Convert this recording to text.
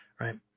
Right